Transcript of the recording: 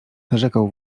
narzekał